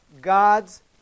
God's